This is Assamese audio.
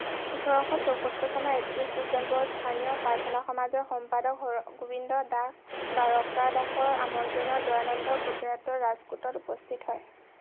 ওঠৰশ ছয়সত্তৰ চনৰ একত্ৰিছ ডিচেম্বৰত স্থানীয় প্ৰাৰ্থনা সমাজৰ সম্পাদক হৰগোবিন্দ দাস দ্বাৰকা দাসৰ আমন্ত্ৰণত দয়ানন্দ গুজৰাটৰ ৰাজকোটত উপস্থিত হয়